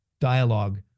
dialogue